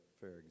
fair